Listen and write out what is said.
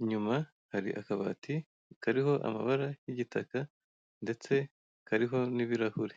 inyuma hari akabati kariho amabara y'igitaka ndetse kariho n'ibirahure.